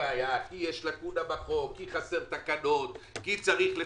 בעיה כי יש לקונה בחוק או חסרות תקנות או צריך לחוקק,